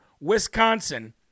Wisconsin